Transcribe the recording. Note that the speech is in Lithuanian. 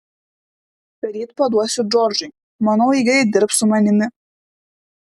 ryt paduosiu džordžui manau ji greit dirbs su manimi